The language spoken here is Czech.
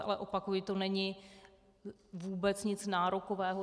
Ale opakuji, to není vůbec nic nárokového.